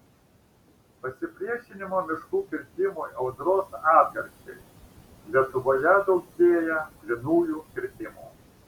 pasipriešinimo miškų kirtimui audros atgarsiai lietuvoje daugėja plynųjų kirtimų